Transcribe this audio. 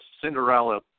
Cinderella